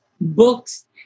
Books